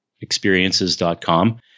experiences.com